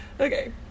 Okay